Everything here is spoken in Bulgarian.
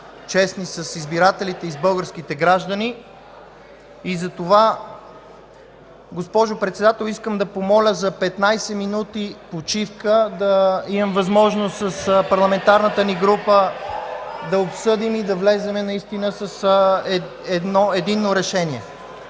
честни с избирателите и с българските граждани, и затова, госпожо Председател, искам да помоля за 15 минути почивка, за да имаме възможност с парламентарната ни група да обсъдим и да влезем наистина с едно единно решение.